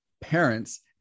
parents